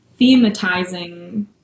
thematizing